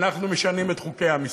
אנחנו משנים את חוקי המשחק.